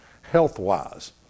health-wise